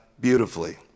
beautifully